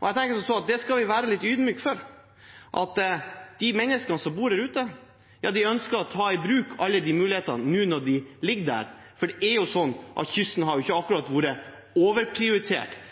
Jeg tenker som så at det skal vi være litt ydmyke overfor – at de menneskene som bor der ute, ønsker å ta i bruk alle de mulighetene nå når de ligger der. For kysten har ikke akkurat vært overprioritert